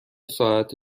ساعت